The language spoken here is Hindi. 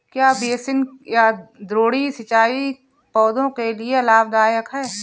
क्या बेसिन या द्रोणी सिंचाई पौधों के लिए लाभदायक है?